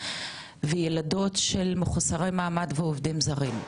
וילדות של מחוסרי מעמד ועובדים זרים,